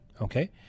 okay